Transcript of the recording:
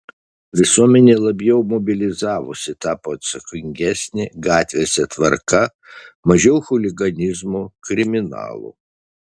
visuomenė labiau mobilizavosi tapo atsakingesnė gatvėse tvarka mažiau chuliganizmo kriminalų